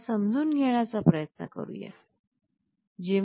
आता समजून घेण्याचा प्रयत्न करूया